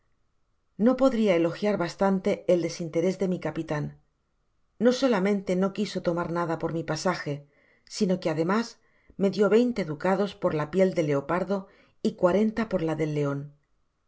no podria elogiar bastante el desinterés de mi capitan no solamente no quiso tomar nada por mi pasaje sino que ademas me dió veinte ducados por la piel del leopardo y cuarenta por la del leon